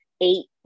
eight